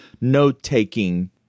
note-taking